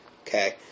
Okay